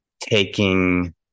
taking